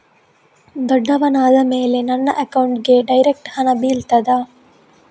ದೊಡ್ಡವನಾದ ಮೇಲೆ ನನ್ನ ಅಕೌಂಟ್ಗೆ ಡೈರೆಕ್ಟ್ ಹಣ ಬೀಳ್ತದಾ?